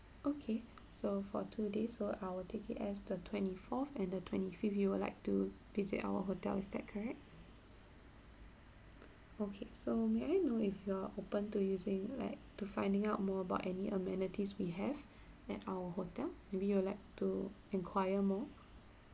okay so for two days so I will take it as the twenty fourth and the twenty fifth you would like to visit our hotel is that correct okay so may I know if you are open to using like to finding out more about any amenities we have at our hotel maybe you would like to enquire more